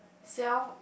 self